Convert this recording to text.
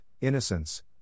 Innocence